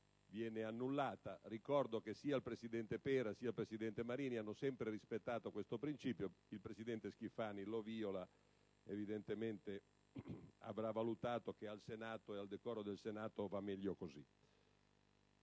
questa occasione. Ricordo che il presidente Pera e il presidente Marini hanno sempre rispettato questo principio. Il presidente Schifani lo vìola: evidentemente avrà valutato che per il decoro del Senato è meglio così.